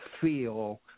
feel